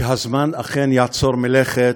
שהזמן אכן יעצור מלכת,